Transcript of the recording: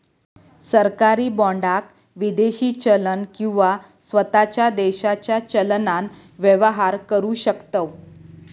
सरकारी बाँडाक विदेशी चलन किंवा स्वताच्या देशाच्या चलनान व्यवहार करु शकतव